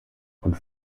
und